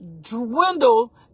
dwindle